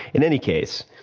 in any case,